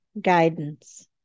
guidance